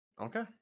Okay